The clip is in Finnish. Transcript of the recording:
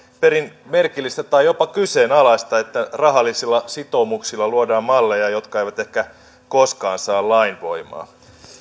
perin merkillistä tai jopa kyseenalaista että rahallisilla sitoumuksilla luodaan malleja jotka eivät ehkä koskaan saa lainvoimaa